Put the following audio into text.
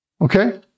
Okay